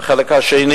בחלק השני